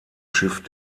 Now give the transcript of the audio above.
schiff